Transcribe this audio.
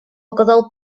оказал